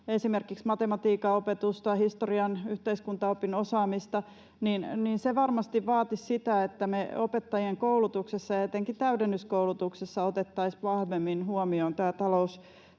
esimerkiksi matematiikan opetusta, historian tai yhteiskuntaopin osaamista, varmasti vaatisi sitä, että me opettajien koulutuksessa ja etenkin täydennyskoulutuksessa otettaisiin vahvemmin huomioon tämä taloustiedon